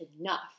enough